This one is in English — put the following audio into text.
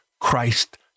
Christ